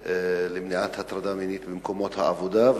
למניעת הטרדה מינית במקומות עבודה,